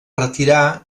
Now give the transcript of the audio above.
retirar